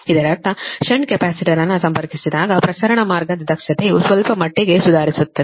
ಇದರರ್ಥ shunt capacitor ಅನ್ನು ಸಂಪರ್ಕಿಸಿದಾಗ ಪ್ರಸರಣ ಮಾರ್ಗದ ದಕ್ಷತೆಯು ಸ್ವಲ್ಪ ಮಟ್ಟಿಗೆ ಸುಧಾರಿಸುತ್ತದೆ